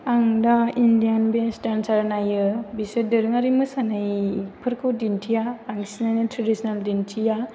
आं दा इण्डियान बेस्ट डानसार नायो बिसोर दोरोंआरि मोसानायफोरखौ दिन्थिया बांसिनानो ट्रेडिसनेल दिन्थिया